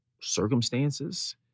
circumstances